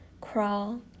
crawl